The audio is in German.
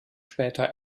später